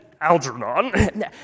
Algernon